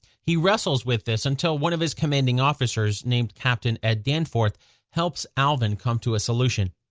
he wrestles with this until one of his commanding officers named captain ed danforth helps alvin come to a solution.